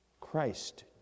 Christ